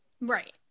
Right